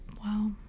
Wow